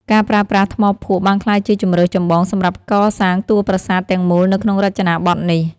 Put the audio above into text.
ការប្រើប្រាស់ថ្មភក់បានក្លាយជាជម្រើសចម្បងសម្រាប់កសាងតួប្រាសាទទាំងមូលនៅក្នុងរចនាបថនេះ។